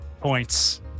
points